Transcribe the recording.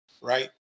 right